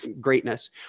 greatness